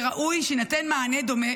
וראוי שיינתן מענה דומה